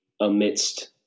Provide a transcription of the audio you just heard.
amidst